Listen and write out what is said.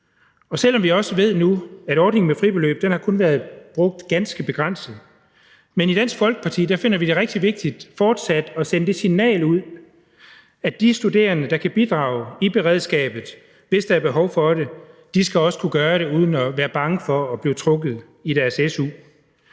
Selv om vi også ved nu, at ordningen med fribeløb kun har været brugt i ganske begrænset omfang, finder vi det i Dansk Folkeparti rigtig vigtigt fortsat at sende det signal, at de studerende, der kan bidrage i beredskabet, hvis der er behov for det, også skal kunne gøre det uden at være bange for at blive trukket i deres su.